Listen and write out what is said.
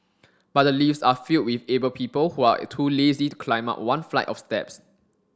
but the lifts are filled with able people who are too lazy to climb up one flight of steps